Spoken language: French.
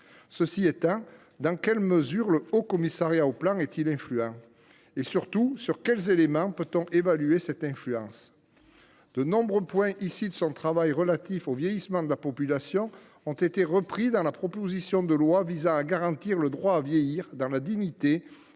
Cela étant, dans quelle mesure le Haut Commissariat au plan est il influent ? Surtout, sur quels éléments peut on évaluer cette influence ? Je remarque que de nombreux points issus de son travail relatif au vieillissement de la population ont été repris dans la proposition de loi visant à garantir le droit à vieillir dans la dignité